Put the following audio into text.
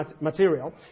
material